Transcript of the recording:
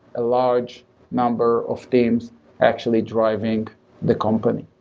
a large number of teams actually driving the company.